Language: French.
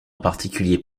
particulier